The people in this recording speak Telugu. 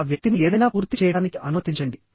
ఆ వ్యక్తిని ఏదైనా పూర్తి చేయడానికి అనుమతించండి